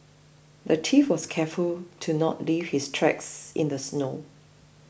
the thief was careful to not leave his tracks in the snow